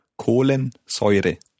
Kohlensäure